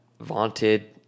vaunted